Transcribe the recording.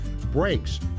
Brakes